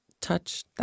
touch